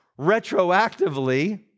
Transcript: retroactively